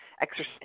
exercise